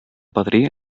padrí